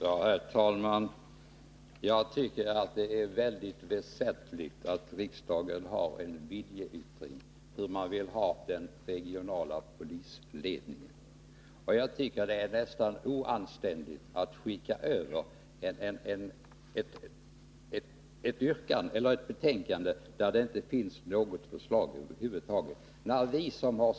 Herr talman! Jag tycker det är väsentligt med en viljeyttring från riksdagen om hur man vill att den regionala polisledningen skall vara organiserad. Det är enligt min mening nästan oanständigt att lägga fram ett betänkande som över huvud taget inte innehåller några förslag.